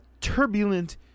turbulent